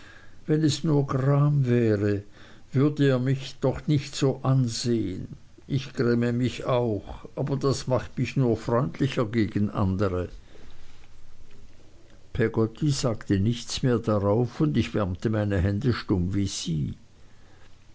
wenn es nur gram wäre würde er mich doch nicht so ansehen ich gräme mich auch aber das macht mich nur freundlicher gegen andere peggotty sagte nichts mehr darauf und ich wärmte meine hände stumm wie sie